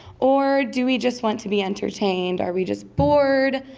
or do we just want to be entertained? are we just bored?